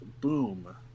Boom